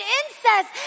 incest